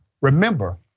remember